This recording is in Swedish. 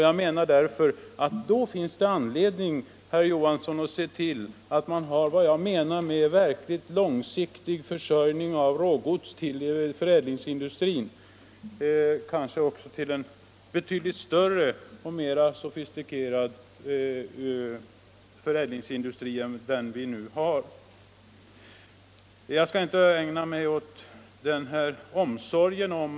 Jag menar därför att det då finns anledning, herr Johansson, att se till att man har vad jag betraktar som verkligt långsiktig försörjning av rågods till förädlingsindustrin, kanske också till en betydligt större och mer sofistikerad förädlingsindustri än den vi nu har.